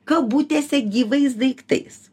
kabutėse gyvais daiktais